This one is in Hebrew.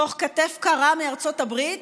ואפילו תוך כתף קרה מארצות הברית.